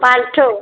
पाँच ठो